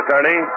Attorney